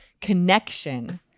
connection